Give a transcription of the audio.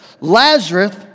Lazarus